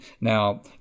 Now